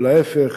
או להיפך,